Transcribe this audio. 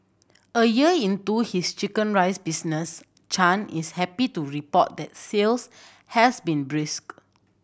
a year into his chicken rice business Chan is happy to report that sales has been brisk